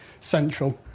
central